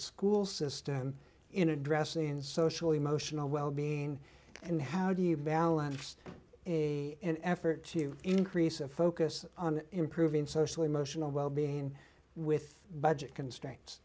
school system in addressing social emotional wellbeing and how do you balance in effort to increase a focus on improving social emotional well being with budget constr